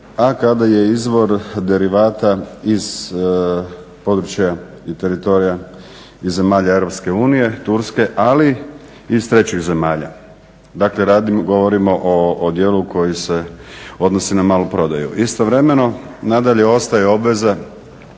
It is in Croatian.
a kada je izvor derivata iz područja i teritorija i zemalja EU, Turske, ali i iz trećih zemalja. Dakle, govorimo o dijelu koji se odnosi na maloprodaju. Istovremeno, nadalje ostaju obveze